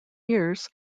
ears